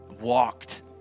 walked